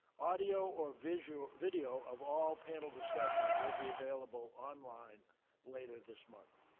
audio or video video of all panel discussions will be available online later this month.